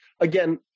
again